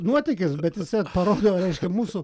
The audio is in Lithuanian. nuotykis bet jis vat parodo kad mūsų